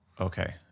Okay